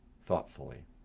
thoughtfully